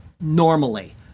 normally